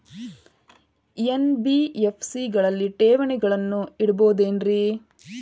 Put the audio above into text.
NBFC ಗಳಲ್ಲಿ ಠೇವಣಿಗಳನ್ನು ಇಡಬಹುದೇನ್ರಿ?